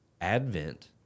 Advent